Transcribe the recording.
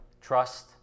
Trust